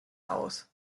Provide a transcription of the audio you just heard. aus